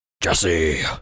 Jesse